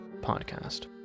Podcast